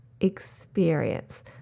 experience